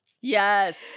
Yes